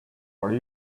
our